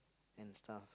and stuff